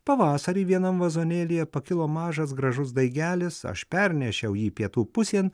pavasarį vienam vazonėlyje pakilo mažas gražus daigelis aš pernešiau jį pietų pusėn